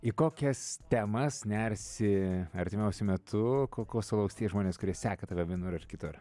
į kokias temas nersi artimiausiu metu ko ko sulauks tie žmonės kurie seka tave vienur ar kitur